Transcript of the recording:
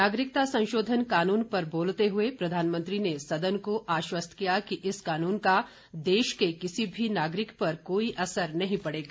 नागरिकता संशोधन कानून पर बोलते हुए प्रधानमंत्री ने सदन को आश्वस्त किया कि इस कानून का देश के किसी भी नागरिक पर कोई असर नहीं पड़ेगा